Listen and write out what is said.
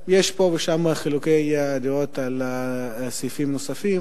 יש פה ושם חילוקי דעות על סעיפים נוספים,